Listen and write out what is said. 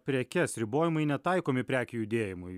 prekes ribojimai netaikomi prekių judėjimui